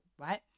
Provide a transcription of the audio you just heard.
right